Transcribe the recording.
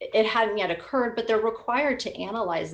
it hadn't yet occurred but they're required to analyze